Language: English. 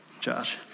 Josh